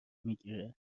میگیره